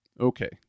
Okay